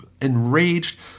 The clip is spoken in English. enraged